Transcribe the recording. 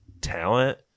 talent